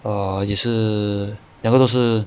err 也是两个都是